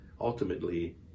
Ultimately